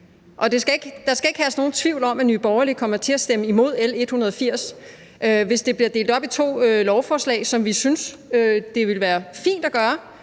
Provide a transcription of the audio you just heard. Der skal ikke herske nogen tvivl om, at Nye Borgerlige kommer til at stemme imod L 180. Hvis det bliver delt op i to lovforslag, som vi synes ville være fint at gøre